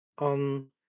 on